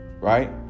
Right